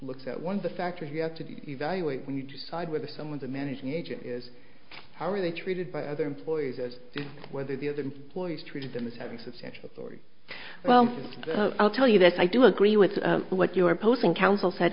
look at one of the factors you have to evaluate when you decide whether someone's a managing agent is how are they treated by other employees as is whether the other employees treated them as having substantial story well i'll tell you that i do agree with what your opposing counsel s